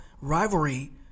rivalry